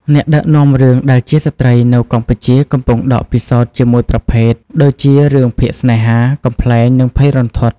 អ្នកដឹកនាំរឿងដែលជាស្ត្រីនៅកម្ពុជាកំពុងដកពិសោធជាមួយប្រភេទដូចជារឿងភាគស្នេហា កំប្លែង និងភ័យរន្ធត់។